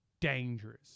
dangerous